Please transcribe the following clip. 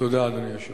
תודה, אדוני היושב-ראש.